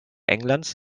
englands